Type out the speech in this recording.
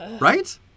Right